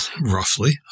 roughly